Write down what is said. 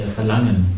Verlangen